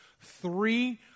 Three